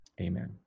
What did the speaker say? Amen